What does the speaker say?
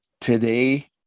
today